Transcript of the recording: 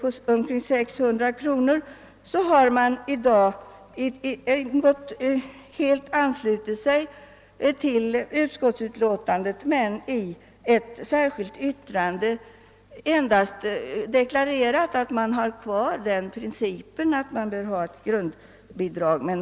I dag har centerpartirepresentanterna anslutit sig helt till utskottets utlåtande och bara i ett särskilt yttrande deklarerat att man har kvar den principiella inställningen att vi bör ha ett grundbidrag.